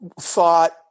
thought